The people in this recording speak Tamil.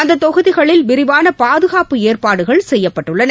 அந்த தொகுதிகளில் விரிவான பாதுகாப்பு ஏற்பாடுகள் செய்யப்பட்டுள்ளன